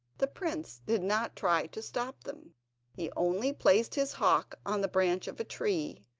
the prince did not try to stop them he only placed his hawk on the branch of a tree,